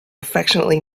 affectionately